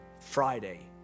Friday